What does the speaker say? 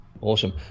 awesome